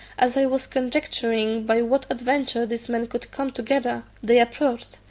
as i was conjecturing by what adventure these men could come together, they approached,